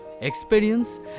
experience